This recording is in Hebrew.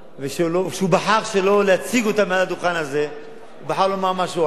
שבחר שלא להציג אותה מעל הדוכן הזה ובחר לומר משהו אחר,